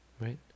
right